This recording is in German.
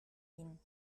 ihnen